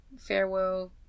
farewell